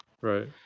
Right